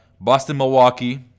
Boston-Milwaukee